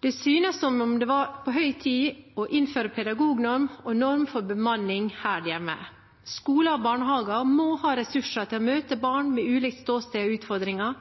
Det synes som om det var på høy tid å innføre pedagognorm og norm for bemanning her hjemme. Skoler og barnehager må ha ressurser til å møte barn med ulikt ståsted og utfordringer,